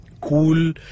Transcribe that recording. cool